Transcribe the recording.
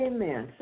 Amen